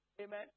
Amen